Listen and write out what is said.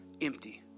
empty